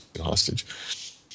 hostage